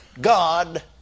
God